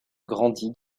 grandi